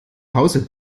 hause